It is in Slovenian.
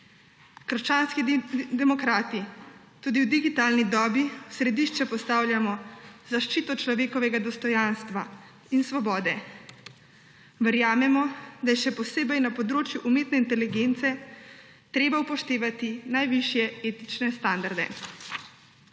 Krščanski demokrati tudi v digitalni dobi v središče postavljamo zaščito človekovega dostojanstva in svobode. Verjamemo, da je še posebej na področju umetne inteligence treba upoštevati najvišje etične standarde.